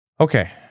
Okay